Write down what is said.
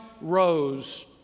rose